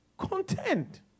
content